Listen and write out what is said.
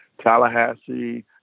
Tallahassee